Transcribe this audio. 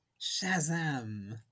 Shazam